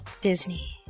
Disney